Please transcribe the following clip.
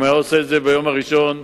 אם היה עושה זאת ביום הראשון,